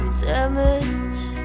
damage